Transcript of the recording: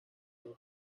دارم